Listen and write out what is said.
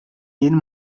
jien